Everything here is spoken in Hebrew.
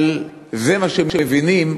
אבל זה מה שמבינים,